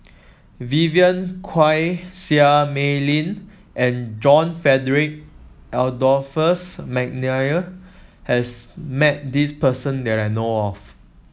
Vivien Quahe Seah Mei Lin and John Frederick Adolphus McNair has met this person that I know of